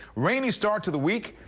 rainy start to the week.